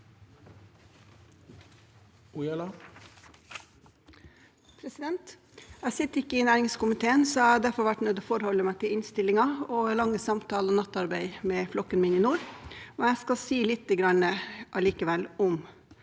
Ojala (PF) Jeg sitter ikke i nærings- komiteen, så jeg har derfor vært nødt til å forholde meg til innstillingen og lange samtaler og nattarbeid med flokken min i nord. Jeg skal allikevel